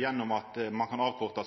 gjennom at ein kan avkorta